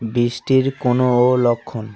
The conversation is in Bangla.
বৃষ্টির কোনও লক্ষণ